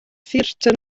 theatr